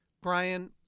Brian